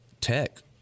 tech